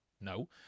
No